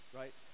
right